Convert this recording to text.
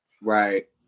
Right